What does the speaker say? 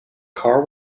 car